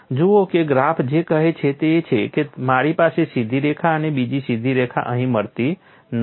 જુઓ કે ગ્રાફ જે કહે છે તે એ છે કે મારી પાસે સીધી રેખા અને બીજી સીધી રેખા અહીં મળતી નથી